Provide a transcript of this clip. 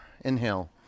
Inhale